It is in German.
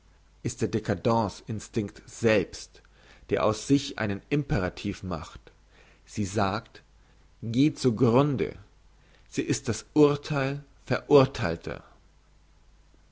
ist der dcadence instinkt selbst der aus sich einen imperativ macht sie sagt geh zu grunde sie ist das urtheil verurtheilter